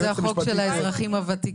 כן, כי זה החוק של האזרחים הוותיקים.